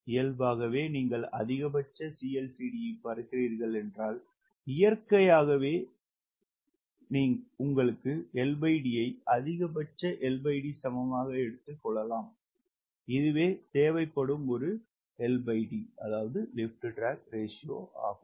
இயல்பாகவே நீங்கள் அதிகபட்ச CLCD பறக்கிறீர்கள் என்றால் இயற்கையாகவே நாங்கள் LD ஐ அதிகபட்ச LD சமமாக எடுத்துக் கொள்வோம் இதுவே தேவைப்படும் L D ஆகும்